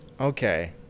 Okay